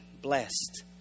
blessed